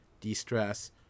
de-stress